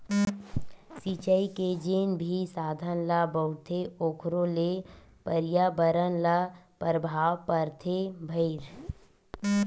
सिचई के जेन भी साधन ल बउरथे ओखरो ले परयाबरन ल परभाव परथे भईर